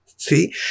See